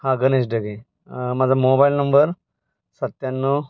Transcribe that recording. हा गनेश ढगे माझा mobile number सत्त्याण्णव